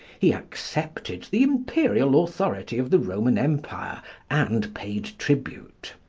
he accepted the imperial authority of the roman empire and paid tribute.